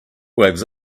waves